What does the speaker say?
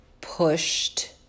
pushed